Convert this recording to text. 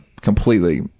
completely